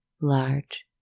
large